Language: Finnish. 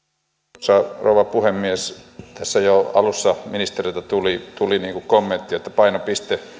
arvoisa rouva puhemies tässä jo alussa ministereiltä tuli tuli kommenttia että painopiste